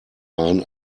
waren